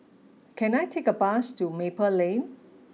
can I take a bus to Maple Lane